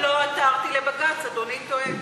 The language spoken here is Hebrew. סליחה, אני לא עתרתי לבג"ץ, אדוני טועה.